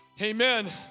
Amen